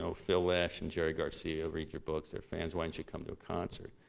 so phil lesh and jerry garcia read your books they're fans. why don't you come to a concert?